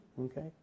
Okay